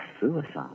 suicide